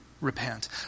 repent